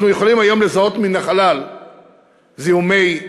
אנחנו יכולים היום לזהות מן החלל זיהומי מים,